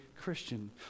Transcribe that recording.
Christian